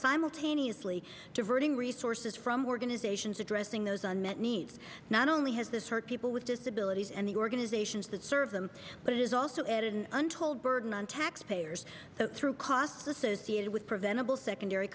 simultaneously diverting resources from organizations addressing those unmet needs not only has this hurt people with disabilities and the organizations that serve them but it is also added an untold burden on taxpayers through costs associated with preventable secondary